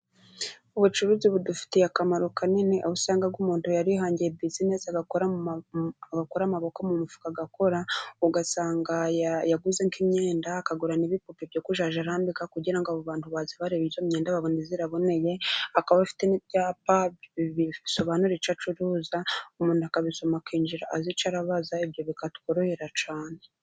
Ubucuruzi budufitiye akamaro kanini, aho usanga umuhodo yarihangiye bizinesi, agakura amaboko mu mufuka agakora, ugasanga yaguze nk'imyenda akagura n'bipupe byo kujya yambika, kugira ngo abo bantu baze barebe iyo myenda babone iboneye, akaba afite n'ibyapa bisobanura icyo acuruza, umuntu akabisoma akinjira azi icyo aribubaza, ibyo bikatworohera cyane.